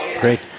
Great